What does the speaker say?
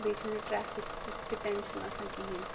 بیٚیہِ چھُنہٕ ٹریفِکُک تہِ ٹینشن آسان کِہینۍ تہِ